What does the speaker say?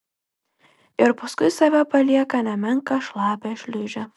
ir paskui save palieka nemenką šlapią šliūžę